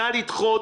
נא לדחות